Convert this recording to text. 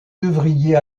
devriez